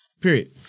Period